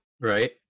Right